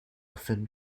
often